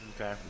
Okay